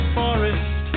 forest